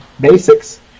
basics